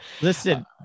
Listen